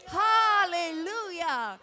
hallelujah